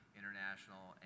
international